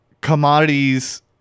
commodities